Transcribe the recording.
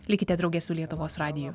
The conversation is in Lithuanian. likite drauge su lietuvos radiju